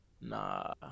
Nah